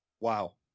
Wow